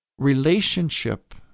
Relationship